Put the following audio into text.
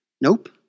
Nope